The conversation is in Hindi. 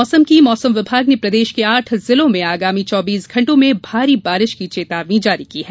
मौसम बारिश मौसम विभाग ने प्रदेश के आठ जिलों में आगामी चौबीस घंटों में भारी बारिश की चेतावनी जारी की है